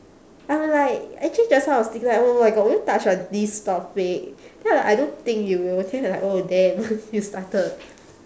I'm like actually just now I was thinking like oh my god will you touch on this topic then I'm like I don't think you will then I'm like oh damn you started